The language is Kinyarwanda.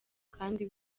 kandi